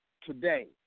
today